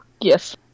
Yes